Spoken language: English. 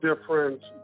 different